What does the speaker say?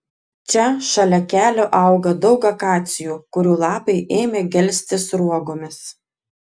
čia šalia kelio auga daug akacijų kurių lapai ėmė gelsti sruogomis